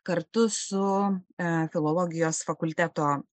kartu su